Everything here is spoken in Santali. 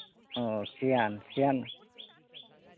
ᱚ ᱥᱤᱭᱟᱱ ᱥᱤᱭᱟᱱ